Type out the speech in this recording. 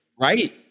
right